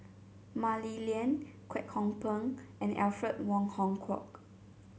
Mah Li Lian Kwek Hong Png and Alfred Wong Hong Kwok